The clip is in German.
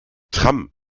tram